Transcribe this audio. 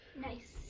Nice